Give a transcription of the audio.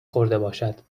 خوردهباشد